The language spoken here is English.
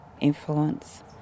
influence